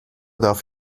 darf